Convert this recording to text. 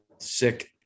Sick